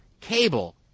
Cable